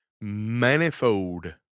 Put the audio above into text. manifold